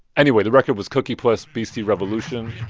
anyway, the record was cooky puss beastie revolution.